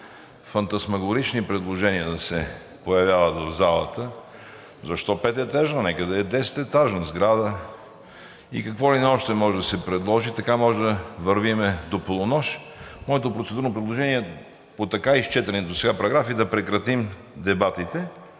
фантасмагорични предложения да се появяват в залата. Защо пететажна, нека да е десететажна сграда? И какво ли не още може да се предложи и така може да вървим до полунощ. Моето процедурно предложение е по така изчетените досега параграфи да прекратим дебатите